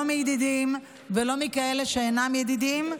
לא מידידים ולא מכאלה שאינם ידידים,